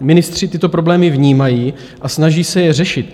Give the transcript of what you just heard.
Ministři tyto problémy vnímají a snaží se je řešit.